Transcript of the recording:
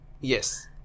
Yes